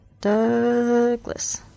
Douglas